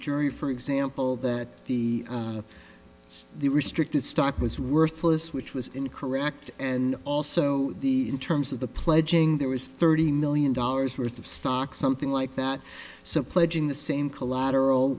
jury for example that the the restricted stock was worthless which was incorrect and also in terms of the pledging there was thirty million dollars worth of stock something like that so pledging the same collateral